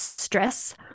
stress